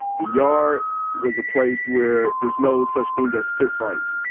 the yard was a place where there's no such thing as fistfights.